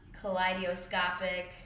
kaleidoscopic